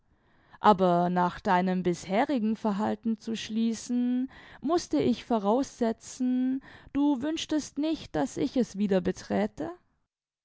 aber nach deinem bisherigen verhalten zu schließen mußte ich voraussetzen du wünschtest nicht daß ich es wieder beträte